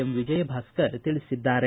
M Vijay Bhaskar ತಿಳಿಸಿದ್ದಾರೆ